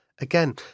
again